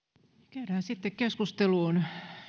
käydään sitten keskusteluun